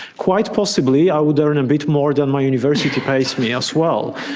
quite possibly i would earn a bit more than my university pays me as well.